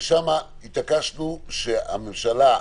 שם התעקשנו שהממשלה,